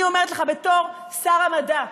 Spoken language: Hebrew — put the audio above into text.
אני אומרת לך, בתור שר המדע,